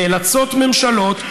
נאלצות ממשלות,